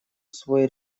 свой